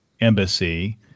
embassy